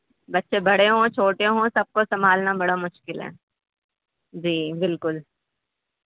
بچے بڑے ہوں چھوٹے ہوں سب کو سنبھالنا بڑا مشکل ہے جی بالکل